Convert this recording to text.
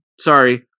sorry